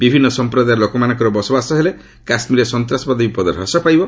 ବିଭିନ୍ନ ସମ୍ପ୍ରଦାୟର ଲୋକମାନଙ୍କର ବସବାସ ହେଲେ କାଶ୍ମୀରରେ ସନ୍ତାସବାଦ ବିପଦ ହ୍ରାସ ପାଇବ